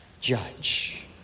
judge